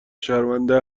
شرمنده